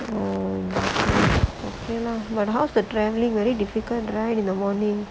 oh okay lah but how's the travelling very difficult right in the morning